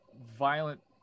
violent